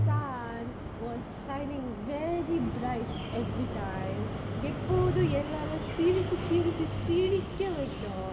sun was shining very bright every time எப்போது எல்லால சிரிச்சு சிரிச்சு சிரிக்க வெக்கும்:eppothu ellaala sirichu sirichu sirikka vekkum